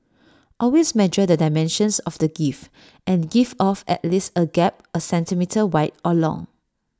always measure the dimensions of the gift and give off at least A gap A centimetre wide or long